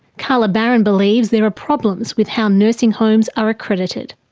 carla baron believes there are problems with how nursing homes are accredited.